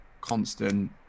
constant